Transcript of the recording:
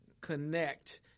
connect